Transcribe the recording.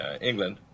England